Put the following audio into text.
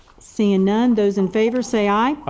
seeing none, those in favor say aye.